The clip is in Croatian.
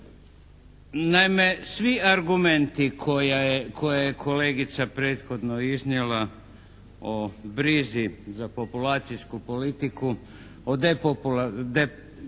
Naime, svi argumenti koje je kolegica prethodno iznijela o brizi za populacijsku politiku, o depopulaciji